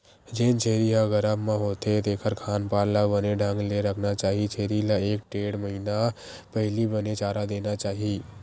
जेन छेरी ह गरभ म होथे तेखर खान पान ल बने ढंग ले रखना चाही छेरी ल एक ढ़ेड़ महिना पहिली बने चारा देना चाही